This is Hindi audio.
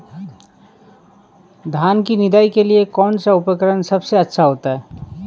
धान की निदाई के लिए कौन सा उपकरण सबसे अच्छा होता है?